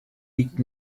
liegt